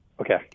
Okay